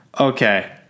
Okay